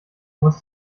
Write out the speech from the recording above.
musst